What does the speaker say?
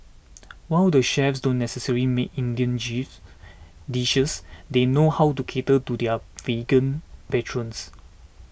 while the chefs don't necessarily make Indian chief dishes they know how to cater to their vegan patrons